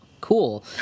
Cool